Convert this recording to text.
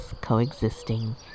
coexisting